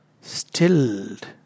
stilled